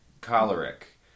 choleric